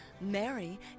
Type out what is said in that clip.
Mary